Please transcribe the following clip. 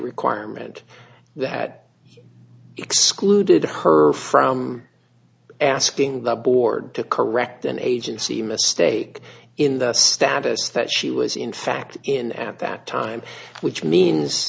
requirement that excluded her from asking the board to correct an agency mistake in the status that she was in fact in at that time which means